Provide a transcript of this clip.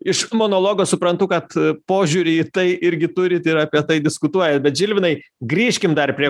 iš monologo suprantu kad požiūrį į tai irgi turit ir apie tai diskutuojat bet žilvinai grįžkime dar prie